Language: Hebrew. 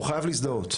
הוא חייב להזדהות.